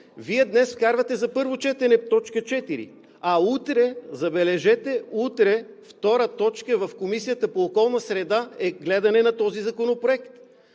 Вие днес вкарвате за първо четене точка четвърта, а утре, забележете, втора точка в Комисията по околната среда и водите е гледането на този законопроект.